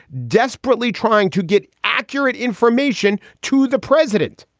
desperately trying to get accurate information to the president